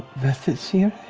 veth is here?